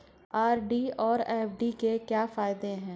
RD और FD के क्या फायदे हैं?